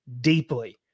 deeply